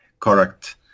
correct